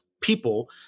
people